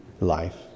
life